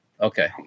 Okay